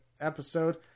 episode